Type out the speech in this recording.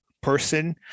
person